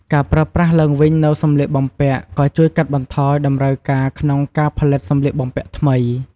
ការប្រើប្រាស់ឡើងវិញនូវសម្លៀកបំពាក់ ក៏ជួយកាត់បន្ថយតម្រូវការក្នុងការផលិតសម្លៀកបំពាក់ថ្មី។